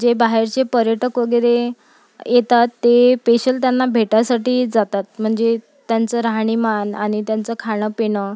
जे बाहेरचे पर्यटक वगैरे येतात ते पेशल त्यांना भेटायसाठी जातात म्हणजे त्यांचं राहणीमान आणि त्यांचं खाणं पिणं